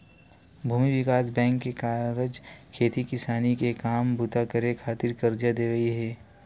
भूमि बिकास बेंक के कारज खेती किसानी के काम बूता करे खातिर करजा देवई हे